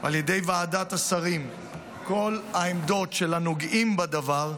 על ידי ועדת השרים כל העמדות של הנוגעים בדבר,